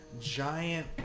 giant